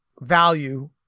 value